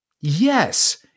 yes